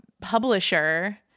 publisher